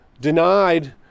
denied